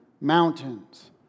mountains